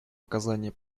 оказании